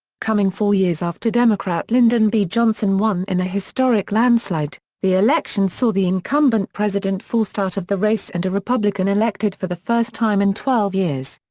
coming four years after democrat lyndon b. johnson won in a historic landslide, the election saw the incumbent president forced out of the race and a republican elected for the first time in twelve years.